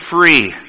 free